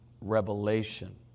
revelation